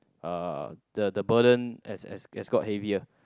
uh the the burden has has has got heavier